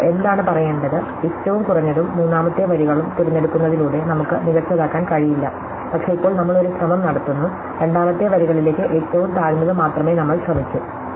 ഇപ്പോൾ എന്താണ് പറയേണ്ടത് ഏറ്റവും കുറഞ്ഞതും മൂന്നാമത്തെ വരികളും തിരഞ്ഞെടുക്കുന്നതിലൂടെ നമുക്ക് മികച്ചതാക്കാൻ കഴിയില്ല പക്ഷേ ഇപ്പോൾ നമ്മൾ ഒരു ശ്രമം നടത്തുന്നു രണ്ടാമത്തെ വരികളിലേക്ക് ഏറ്റവും താഴ്ന്നത് മാത്രമേ നമ്മൾ ശ്രമിക്കൂ